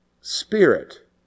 spirit